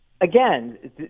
Again